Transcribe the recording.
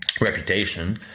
reputation